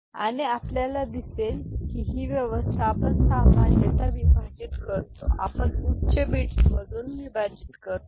आणि आपल्याला दिसेल की ही व्यवस्था आपण सामान्यत विभाजित करतो आपण उच्च बिट्समधू विभाजित करतो